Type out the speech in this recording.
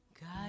God